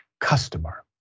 customer